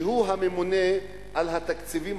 שהוא הממונה על התקציבים,